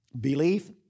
belief